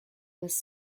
was